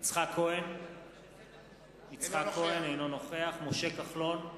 יצחק כהן, אינו נוכח משה כחלון,